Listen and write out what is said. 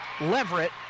Leverett